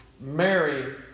Mary